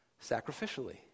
sacrificially